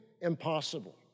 impossible